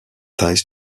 ties